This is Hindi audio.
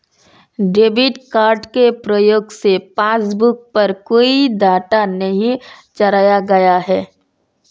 डेबिट कार्ड के प्रयोग से पासबुक पर कोई डाटा नहीं चढ़ाया गया है